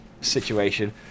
situation